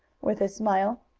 with a smile.